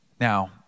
Now